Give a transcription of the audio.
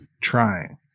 trying